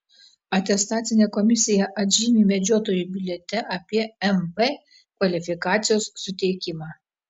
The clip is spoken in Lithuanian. atestacinė komisija atžymi medžiotojų biliete apie mv kvalifikacijos suteikimą